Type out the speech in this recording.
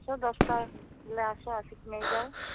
ସେ ଦଶଟା ବେଲେ ଆସ ଆସିକି ନେଇଯା